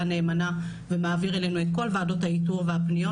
נאמנה ומעביר אלינו את כל ועדות האיתור והפניות.